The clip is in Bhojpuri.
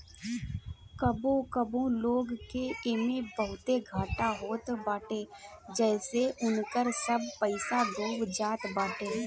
कबो कबो लोग के एमे बहुते घाटा होत बाटे जेसे उनकर सब पईसा डूब जात बाटे